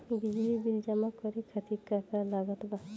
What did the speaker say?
बिजली बिल जमा करे खातिर का का लागत बा?